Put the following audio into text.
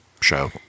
show